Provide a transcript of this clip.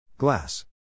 Glass